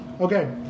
Okay